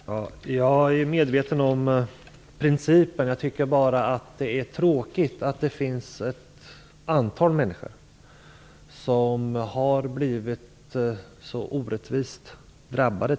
Fru talman! Jag är medveten om principen. Jag tycker bara att det är tråkigt att ett antal människor har blivit så orättvist drabbade.